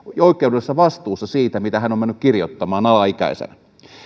oikeudellisessa vastuussa siitä mitä hän on mennyt kirjoittamaan alaikäisenä